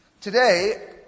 Today